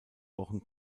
wochen